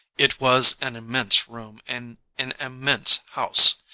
it was an immense room in an immense house.